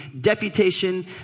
deputation